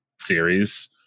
series